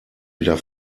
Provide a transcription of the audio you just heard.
wieder